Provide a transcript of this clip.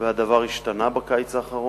והדבר השתנה בקיץ האחרון,